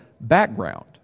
background